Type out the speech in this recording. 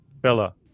Bella